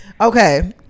Okay